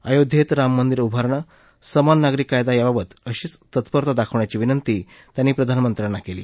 अयोध्येत राममंदिर उभारणं समान नागरी कायदा याबाबत अशीच तत्परता दाखवण्याची विंनती त्यांनी प्रधानमंत्र्यांना केली